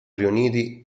riuniti